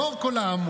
לאור כל האמור,